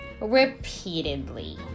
repeatedly